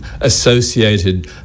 associated